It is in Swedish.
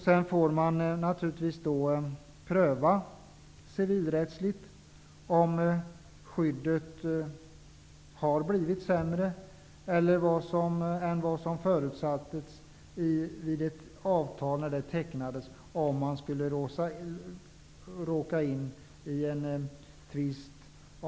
Sedan får man naturligtvis civilrättsligt pröva om skyddet har blivit sämre än vad som förutsattes när ett avtal tecknades, om man skulle råka in i en tvist.